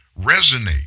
resonate